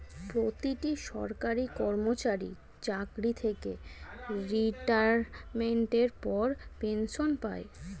প্রতিটি সরকারি কর্মচারী চাকরি থেকে রিটায়ারমেন্টের পর পেনশন পায়